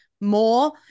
more